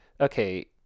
okay